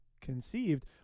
conceived